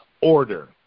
order